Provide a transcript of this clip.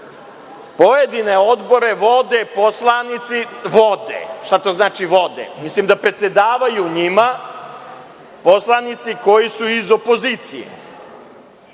pojedine odbore vode poslanici, šta to znači vode, predsedavaju njima poslanici koji su iz opozicije.